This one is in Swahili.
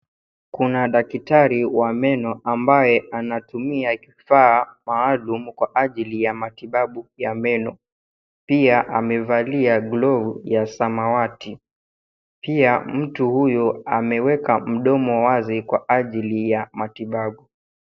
Kuna dakitari wa meno ambaye anatumia kifaa maalum kwa ajili ya matibabu ya meno. Pia amevalia glovu ya samawati, pia mtu huyo ameweka mdomo wazi kwa ajili ya matibabu.